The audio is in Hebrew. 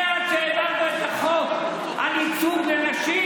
מאז שהעברנו את החוק על ייצוג לנשים